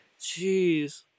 jeez